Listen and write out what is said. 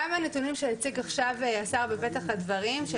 גם הנתונים שהציג עכשיו השר בפתח הדברים של